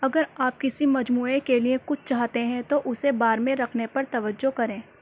اگر آپ کسی مجموعے کے لیے کچھ چاہتے ہیں تو اسے بار میں رکھنے پر توجہ کریں